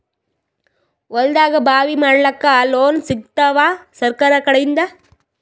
ಹೊಲದಾಗಬಾವಿ ಮಾಡಲಾಕ ಲೋನ್ ಸಿಗತ್ತಾದ ಸರ್ಕಾರಕಡಿಂದ?